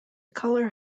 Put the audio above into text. color